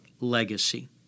legacy